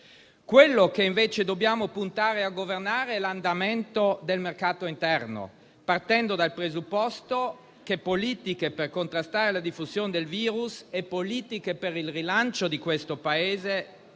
Quello che invece dobbiamo puntare a governare è l'andamento del mercato interno, partendo dal presupposto che politiche per contrastare la diffusione del virus e politiche per il rilancio economico di questo Paese sono